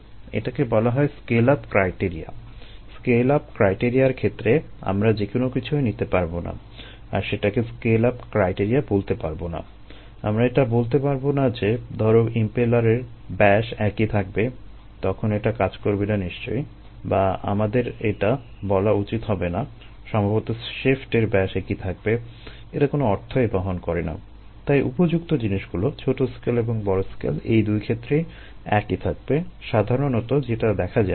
এটাকে বলা হয় স্কেল আপ ক্রাইটেরিয়া একটি উদাহরণ দেখা যাক